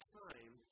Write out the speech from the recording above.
time